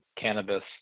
cannabis